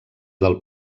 del